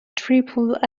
triple